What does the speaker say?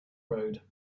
road